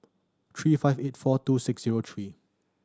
three five eight four two six zero three